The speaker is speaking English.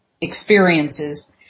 experiences